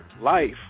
life